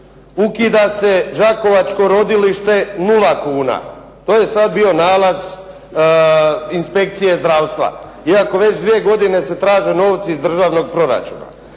ukida se Đakovačko rodilište 0 kuna, to je sada bio nalaz inspekcije zdravstva iako se već dvije godine se traže novci iz državnog proračuna.